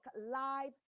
live